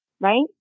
right